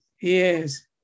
Yes